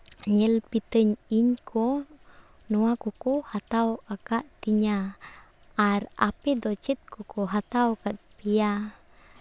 ᱧᱮᱞ ᱯᱤᱛᱟᱹᱧ ᱤᱧ ᱠᱚ ᱱᱚᱣᱟ ᱠᱚᱠᱚ ᱦᱟᱛᱟᱣ ᱟᱠᱟᱫ ᱫᱤᱧᱟᱹ ᱟᱨ ᱟᱯᱮ ᱫᱚ ᱪᱮᱫ ᱠᱚᱠᱚ ᱦᱟᱛᱟᱣᱟᱠᱟᱫ ᱯᱮᱭᱟ